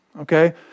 Okay